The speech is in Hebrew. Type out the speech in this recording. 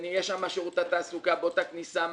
יש שם את שירות התעסוקה באותה כניסה,